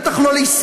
בטח לא לישראלי,